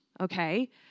Okay